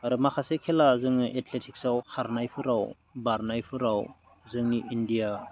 आरो माखासे खेला जोङो एटलेटिक्साव खारनायफोराव बारनायफोराव जोंनि इन्डिया